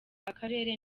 akarere